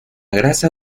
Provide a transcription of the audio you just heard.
grasa